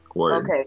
Okay